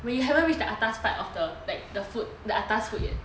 when you haven't reach the atas part of the like the food the atas food yet